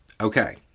Okay